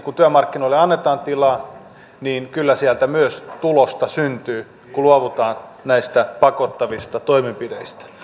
kun työmarkkinoille annetaan tilaa niin kyllä sieltä myös tulosta syntyy kun luovutaan näistä pakottavista toimenpiteistä